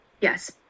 Yes